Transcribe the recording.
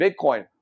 Bitcoin